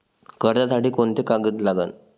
कर्जसाठी कोंते कागद लागन?